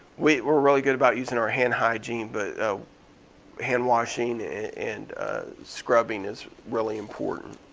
we're we're really good about using our hand hygiene but hand-washing and scrubbing is really important.